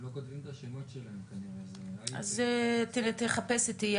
מה שאני רוצה לומר זה בנוגע לאכיפה,